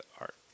art